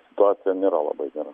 situacija nėra labai gera